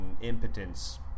impotence